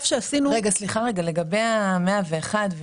לגבי טופס 101,